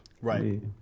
Right